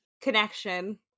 connection